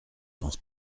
pense